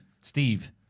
Steve